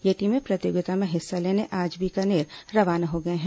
ये टीमें प्रतियोगिता में हिस्सा लेने आज बीकानेर रवाना हो गई हैं